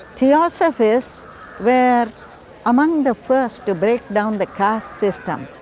theosophists were among the first to break down the caste system,